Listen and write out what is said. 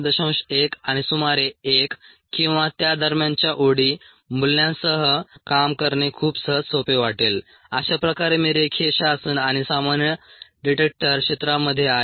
1 आणि सुमारे एक किंवा त्या दरम्यानच्या ओडी मूल्यांसह काम करणे खूप सहज सोपे वाटेल अशा प्रकारे मी रेखीय शासन आणि सामान्य डिटेक्टर क्षेत्रामध्ये आहे